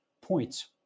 points